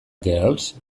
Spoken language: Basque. girls